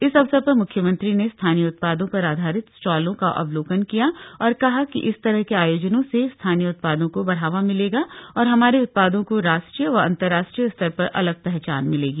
इस अवसर पर मुख्यमंत्री ने स्थानीय उत्पादों पर आधारित स्टॉलों का अवलोकन किया और कहा कि इस तरह के आयोजनों से स्थानीय उत्पादों को बढ़ावा मिलेगा और हमारे उत्पादों को राष्ट्रीय व अन्तरराष्ट्रीय स्तर पर अलग पहचान मिलेगी